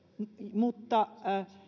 mutta